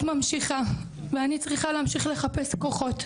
ממשיכה ואני צריכה להמשיך לחפש כוחות,